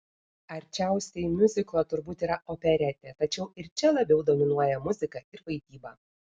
arčiausiai miuziklo turbūt yra operetė tačiau ir čia labiau dominuoja muzika ir vaidyba